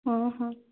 ହଁ ହଁ